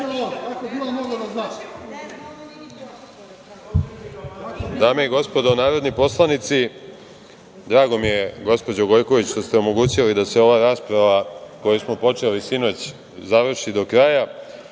Dame i gospodo narodni poslanici, drago mi je, gospođo Gojković, što ste omogućili da se ova rasprava koju smo počeli sinoć završi do kraja. Bilo